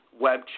web